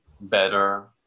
better